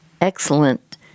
excellent